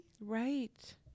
right